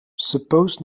suppose